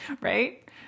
right